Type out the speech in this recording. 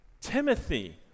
Timothy